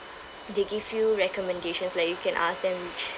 they give you recommendations like you can ask them which